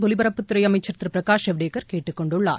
ஒலிபரப்புத்துறைஅமைச்சர் திருபிரகாஷ் ஜவடேக்கர் கேட்டுக் கொண்டுள்ளார்